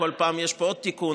כל פעם יש פה עוד תיקון,